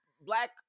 black